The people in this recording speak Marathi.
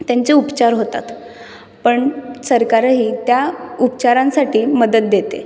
त्यांचे उपचार होतात पण सरकारही त्या उपचारांसाठी मदत देते